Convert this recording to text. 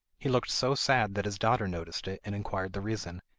he looked so sad that his daughter noticed it, and inquired the reason.